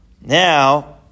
Now